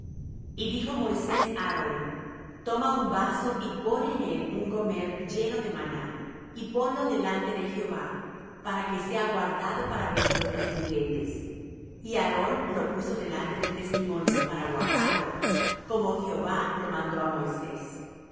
y dijo moisés á aarón toma un vaso y pon en él un gomer lleno de maná y ponlo delante de jehová para que sea guardado para vuestros descendientes y aarón lo puso delante del testimonio para guardarlo como jehová lo mandó á moisés así comieron los